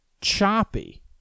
choppy